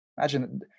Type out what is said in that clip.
Imagine